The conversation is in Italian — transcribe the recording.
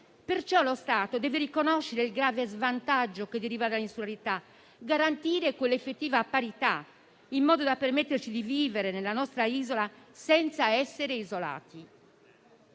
deve pertanto riconoscere il grave svantaggio che deriva dall'insularità e garantire un'effettiva parità, in modo da permetterci di vivere nella nostra isola senza essere isolati.